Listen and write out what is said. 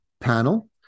panel